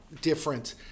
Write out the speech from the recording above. different